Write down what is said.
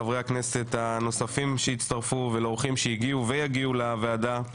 לחברי הכנסת הנוספים שהצטרפו ולאורחים שהגיעו ויגיעו לוועדה.